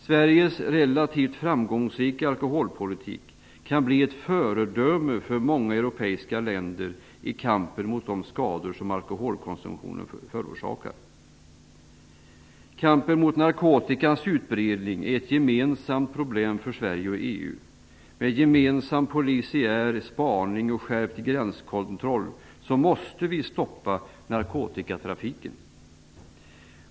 Sveriges relativt framgångsrika alkoholpolitik kan bli ett föredöme för många europeiska länder i kampen mot de skador alkoholkonsumtionen förorsakar. Kampen mot narkotikans utbredning är ett gemensamt problem för Sverige och EU. Med gemensam polisiär spaning och skärpt gränskontroll måste vi stoppa narkotikatrafiken.